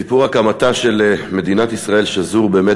סיפור הקמתה של מדינת ישראל שזור באמת